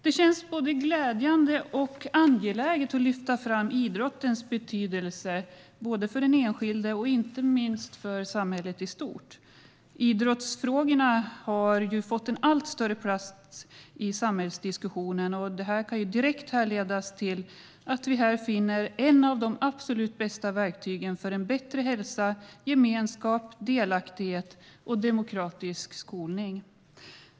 Det känns både glädjande och angeläget att lyfta fram idrottens betydelse för den enskilde och inte minst för samhället i stort. Idrottsfrågorna har fått en allt större plats i samhällsdiskussionen, och det kan direkt härledas till att vi här finner ett av de absolut bästa verktygen för bättre hälsa, gemenskap, delaktighet och demokratisk skolning.